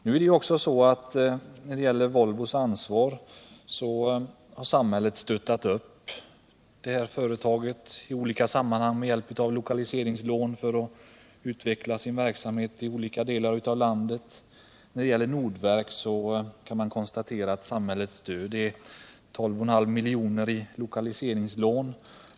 Samhället har stöttat upp Volvo med olika lokaliseringslån för att detta företag skall kunna utveckla sin verksamhet i olika delar av landet. När det gäller Nordverk kan man konstatera att samhällets stöd uppgått till 12,5 milj.kr. i lokaliseringslån.